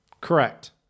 Correct